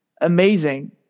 amazing